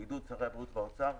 בעידוד שרי הבריאות והאוצר,